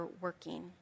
working